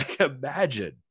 imagine